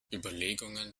überlegungen